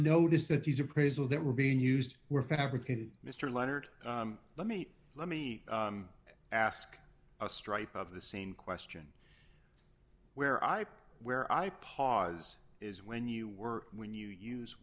notice that these appraisal that were being used were fabricated mr leonard let me let me ask a stripe of the same question where i play where i pause is when you were when you use